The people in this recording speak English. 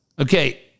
Okay